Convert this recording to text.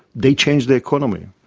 they change the economy.